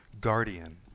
guardian